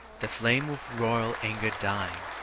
the flame of royal anger dying.